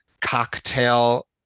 cocktail